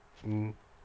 mmhmm